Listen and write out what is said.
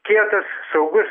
kietas saugus